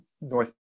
North